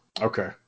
Okay